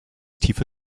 tiefe